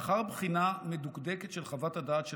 לאחר בחינה מדוקדקת של חוות הדעת של